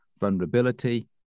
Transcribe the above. vulnerability